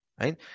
Right